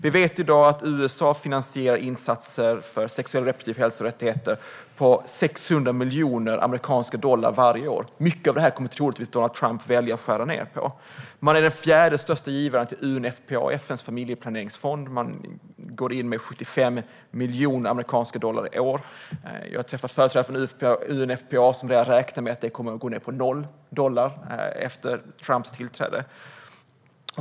Vi vet i dag att USA finansierar insatser för sexuell och reproduktiv hälsa och rättigheter för 600 miljoner amerikanska dollar varje år. Mycket av det här kommer troligtvis Donald Trump att välja att skära ned på. Man är den fjärde största givaren till FN:s familjeplaneringsfond, UNFPA. Man går i år in med 75 miljoner amerikanska dollar. Jag har träffat företrädare för UNFPA som redan räknar med att det kommer att gå ned till noll dollar efter Trumps tillträde.